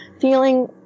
feeling